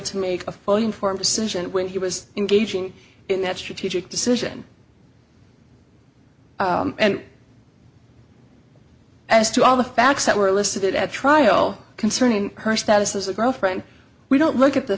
to make a fully informed decision when he was engaging in that strategic decision and as to all the facts that were listed at trial concerning her status as a girlfriend we don't look at the